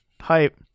hype